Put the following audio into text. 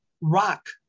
Rock